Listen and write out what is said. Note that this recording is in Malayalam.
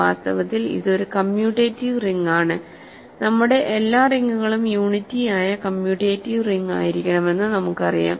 വാസ്തവത്തിൽ ഇത് ഒരു കമ്മ്യൂട്ടേറ്റീവ് റിംഗാണ് നമ്മുടെ എല്ലാ റിങ്ങുകളും യൂണിറ്റി ആയ കമ്മ്യൂട്ടേറ്റീവ് റിങ് ആയിരിക്കണമെന്ന് നമുക്കറിയാം